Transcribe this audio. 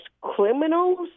criminals